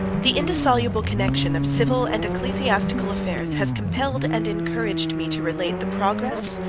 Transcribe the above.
the indissoluble connection of civil and ecclesiastical affairs has compelled, and encouraged, me to relate the progress,